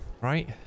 right